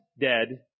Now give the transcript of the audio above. dead